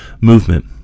movement